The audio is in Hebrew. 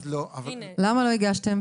למה לא הגשתם?